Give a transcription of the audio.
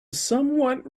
somewhat